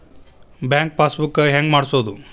Bank passbook ಹೆಂಗ್ ಮಾಡ್ಸೋದು?